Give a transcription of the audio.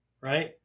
right